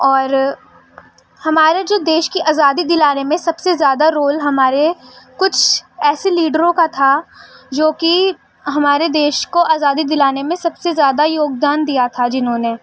اور ہمارے جو دیش کے آزادی دلانے میں سب سے زیادہ رول ہمارے کچھ ایسے لیڈروں کا تھا جو کہ ہمارے دیش کو آزادی دلانے میں سب سے زیادہ یوگ دان دیا تھا جنہوں نے